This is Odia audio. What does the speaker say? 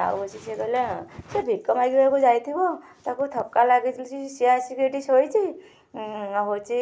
ଆଉ ଆଜି ସେ କହିଲା ସେ ଭିକ ମାଗିବାକୁ ଯାଇଥିବ ତାକୁ ଥକା ଲାଗିଛି ସିଏ ଆସିକି ଏଠି ଶୋଇଛି ହେଉଛି